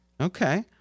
Okay